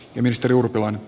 arvoisa puhemies